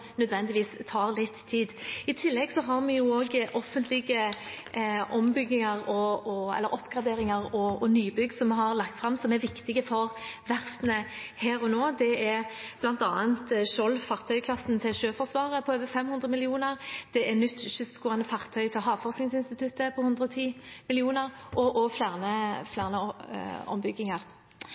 nødvendigvis tar litt tid. I tillegg har vi lagt fram offentlige oppgraderinger og nybygg, noe som er viktig for verftene her og nå. Det er bl.a. fartøy i Skjold-klassen til Sjøforsvaret på over 500 mill. kr, det er et nytt kystgående fartøy til Havforskningsinstituttet til 110 mill. kr, og det er flere ombygginger.